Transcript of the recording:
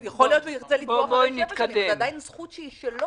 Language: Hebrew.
יכול להיות שהוא ירצה לתבוע בעוד שבע שנים ועדיין זאת הזכות שלו.